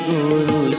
Guru